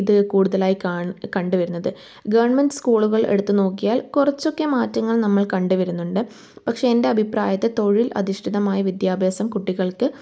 ഇത് കൂടുതലായി കണ്ടു വരുന്നത് ഗവൺമെന്റ് സ്കൂളുകൾ എടുത്തു നോക്കിയാൽ കുറച്ചൊക്കെ മാറ്റങ്ങൾ നമ്മൾ കണ്ടു വരുന്നുണ്ട് പക്ഷേ എൻ്റെ അഭിപ്രായത്തിൽ തൊഴിൽ അധിഷ്ഠിതമായി വിദ്യാഭ്യാസം കുട്ടികൾക്ക്